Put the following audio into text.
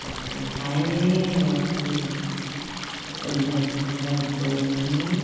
सब सुविधाएँ भी हैं और नई प्रॉब्लम कोई नहीं है